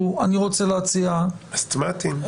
אסתמטיים.